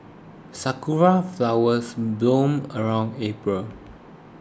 sakura flowers bloom around April